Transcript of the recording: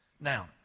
now